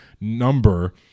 number